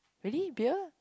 really beer